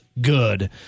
good